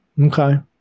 Okay